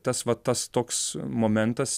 tas va tas toks momentas